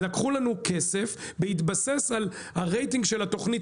לקחו לנו כסף בהתבסס על הרייטינג של התוכנית